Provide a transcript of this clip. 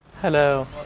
Hello